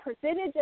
percentage